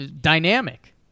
Dynamic